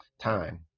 time